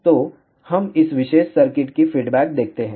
तो हम इस विशेष सर्किट की फीडबैक देखते हैं